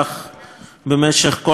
במשך כל השנה האחרונה.